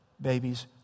babies